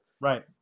Right